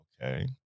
Okay